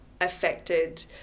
affected